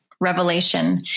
revelation